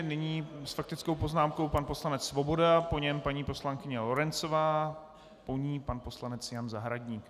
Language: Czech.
Nyní s faktickou poznámkou pan poslanec Svoboda, po něm paní poslankyně Lorencová, po ní pan poslanec Jan Zahradník.